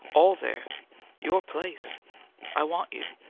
all there your place i want you.